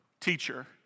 teacher